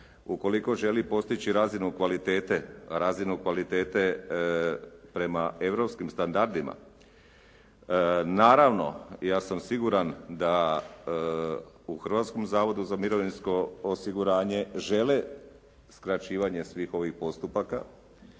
razinu kvalitete, razinu kvalitete prema europskim standardima naravno ja sam siguran da u Hrvatskom zavodu za mirovinsko osiguranje žele skraćivanje svih ovih postupaka